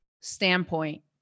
standpoint